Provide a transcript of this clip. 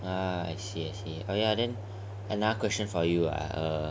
ah I see I see oh ya then another question for you ah